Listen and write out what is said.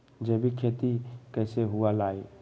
जैविक खेती कैसे हुआ लाई?